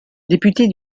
député